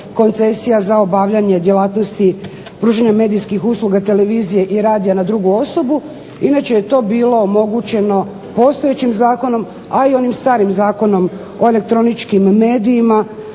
koncesija za obavljanje djelatnosti pružanja medijskih usluga televizije i radija na drugu osobu. Inače je to bilo omogućeno postojećim zakonom, a i onim starim zakonom o elektroničkim medijima